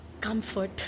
Comfort